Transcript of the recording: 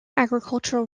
agricultural